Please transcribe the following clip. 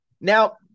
Now